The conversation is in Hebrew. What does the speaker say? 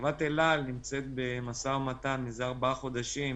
חברת אל על נמצאת במשא ומתן מזה ארבעה חודשים